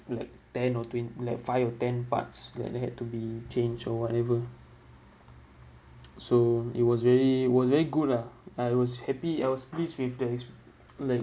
like ten or twen~ like five or ten parts like they had to be changed or whatever so it was very it was very good lah I was happy elf pleased with that ex like